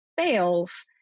fails